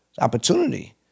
Opportunity